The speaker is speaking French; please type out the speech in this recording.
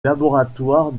laboratoire